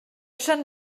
sant